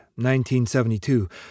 1972